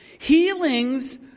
Healings